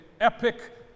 epic